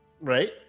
right